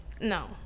no